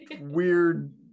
weird